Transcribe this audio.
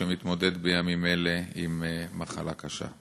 שמתמודד בימים אלה עם מחלה קשה.